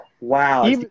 Wow